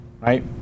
right